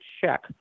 check